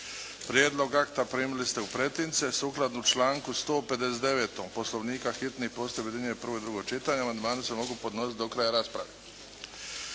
Prijedlog akta primili ste u pretince sukladno članku 159. Poslovnika, hitni postupak objedinjuje prvo i drugo čitanje. Amandmani se mogu podnositi do kraja rasprave.